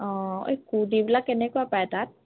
অঁ এই কুৰ্টিবিলাক কেনেকুৱা পায় তাত